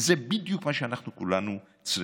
וזה בדיוק מה שאנחנו כולנו צריכים,